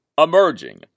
emerging